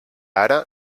ara